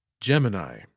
Gemini